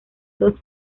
dos